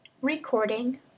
Recording